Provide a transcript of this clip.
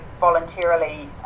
voluntarily